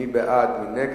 מי בעד, לפי נוסח הוועדה?